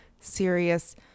serious